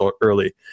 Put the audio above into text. early